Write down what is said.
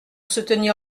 soutenir